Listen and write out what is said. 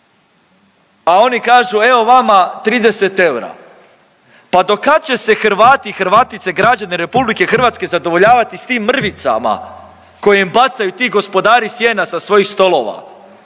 A oni kažu evo vama 30 eura. Pa do kad će se Hrvati i Hrvatice, građani RH zadovoljavati s tim mrvicama koje im bacaju ti gospodari sjena sa svojih stolova.